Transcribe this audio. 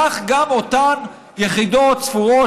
כך גם אותן יחידות ספורות,